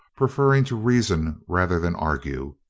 preferring to reason rather than argue.